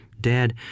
Dad